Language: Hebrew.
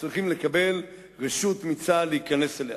הוא צריך לקבל רשות מצה"ל להיכנס אליה.